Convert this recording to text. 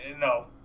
no